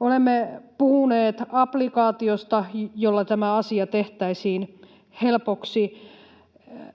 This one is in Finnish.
Olemme puhuneet applikaatiosta, jolla tämä asia tehtäisiin helpoksi.